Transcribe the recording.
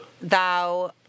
Thou